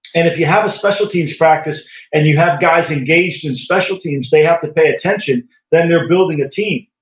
and if you have a special teams practice and you have guys engaged in special teams and they have to pay attention then they're building a team.